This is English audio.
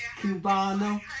cubano